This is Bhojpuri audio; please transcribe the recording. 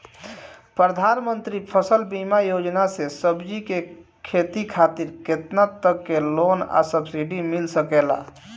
प्रधानमंत्री फसल बीमा योजना से सब्जी के खेती खातिर केतना तक के लोन आ सब्सिडी मिल सकेला?